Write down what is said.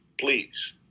please